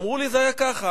אז אמרו לי: זה היה ככה,